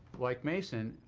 like mason,